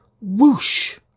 Whoosh